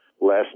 less